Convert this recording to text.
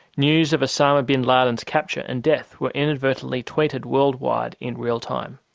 news of osama bin laden's capture and death were inadvertently tweeted worldwide in real time,